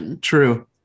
True